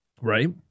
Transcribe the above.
right